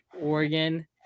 Oregon